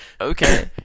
okay